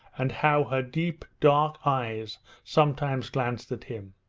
and how her deep dark eyes sometimes glanced at him.